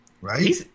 right